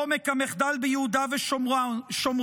עומק המחדל ביהודה ושומרון.